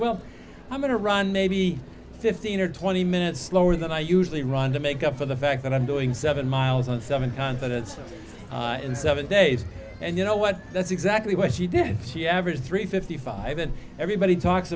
well i'm going to run maybe fifteen or twenty minutes slower than i usually run to make up for the fact that i'm doing seven miles on seven continents in seven days and you know what that's exactly what she did she averaged three fifty five and everybody talks